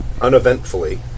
uneventfully